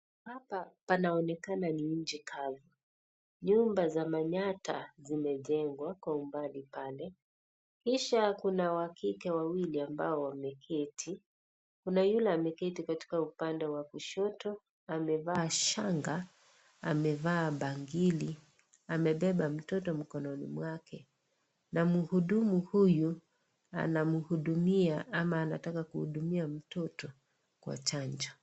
Hapa panaonekana ni nchi kavu, nyumba za manyatta zimejengwa kwa umbali pale, kisha kuna wa kike wawili ambao wameketi ,kuna yule ameketi katika upande wa kushoto amevaa shanga amevaa bangili amebeba mtoto mkononi mwake na mhudumu huyu anamhudumia ama anataka kumhudumia mtoto kwa chanjo.